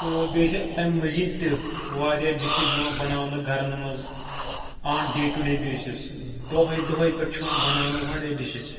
تہٕ بیٚیہِ چھِ تٔمۍ مٔزیٖد تہِ واریاہ ڈِشِز یِوان بَناونہٕ گَرَن منٛز on day to day basis دۄہَے دۄہَے پٮ۪ٹھ چھُ یِوان بَناونہٕ واریاہ ڈِشِز